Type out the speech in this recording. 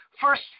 first